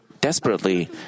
desperately